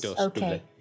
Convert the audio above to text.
Okay